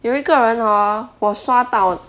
有一个人 hor 我刷到